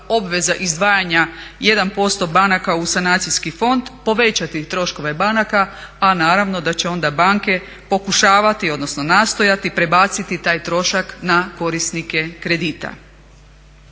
obveza izdvajanja 1% banaka u sanacijski fond povećati troškove banaka a naravno da će onda banke pokušavati odnosno nastojati prebaciti taj trošak na korisnike kredita.